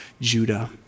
Judah